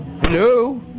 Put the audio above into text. Hello